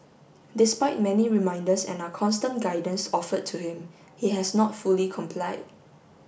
despite many reminders and our constant guidance offered to him he has not fully complied